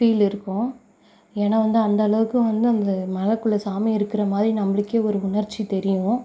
feel இருக்கும் ஏன்னால் வந்து அந்த அளவுக்கு வந்து அந்த மலைக்குள்ள சாமி இருக்கிற மாதிரி நம்பளுக்கே ஒரு உணர்ச்சி தெரியும்